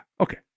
Okay